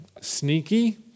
sneaky